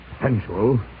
Sensual